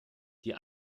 die